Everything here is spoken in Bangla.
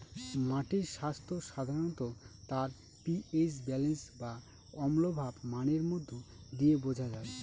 মাটির স্বাস্থ্য সাধারনত তার পি.এইচ ব্যালেন্স বা অম্লভাব মানের মধ্যে দিয়ে বোঝা যায়